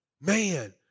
Man